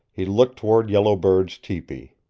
he looked toward yellow bird's tepee.